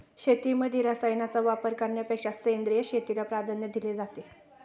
शेतीमध्ये रसायनांचा वापर करण्यापेक्षा सेंद्रिय शेतीला प्राधान्य दिले जाते